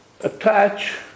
attach